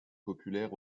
populaire